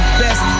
best